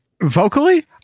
Vocally